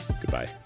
Goodbye